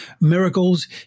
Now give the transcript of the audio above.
miracles